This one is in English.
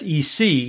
SEC